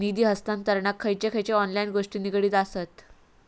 निधी हस्तांतरणाक खयचे खयचे ऑनलाइन गोष्टी निगडीत आसत?